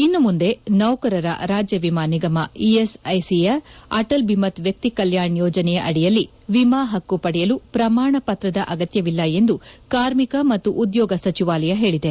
ಇನ್ಸು ಮುಂದೆ ನೌಕರರ ರಾಜ್ಯ ವಿಮಾ ನಿಗಮ ಇಎಸ್ ಐಸಿಯ ಅಟಲ್ ಬೀಮತ್ ವ್ಯಕ್ತಿ ಕಲ್ಯಾಣ್ ಯೋಜನೆ ಅಡಿಯಲ್ಲಿ ವಿಮಾ ಹಕ್ಕು ಪಡೆಯಲು ಪ್ರಮಾಣಪತ್ರದ ಅಗತ್ಯವಿಲ್ಲ ಎಂದು ಕಾರ್ಮಿಕ ಮತ್ತು ಉದ್ಯೋಗ ಸಚಿವಾಲಯ ಹೇಳಿದೆ